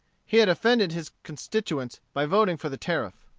he had offended his constituents by voting for the tariff.